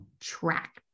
track